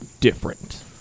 different